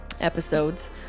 episodes